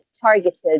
targeted